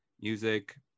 music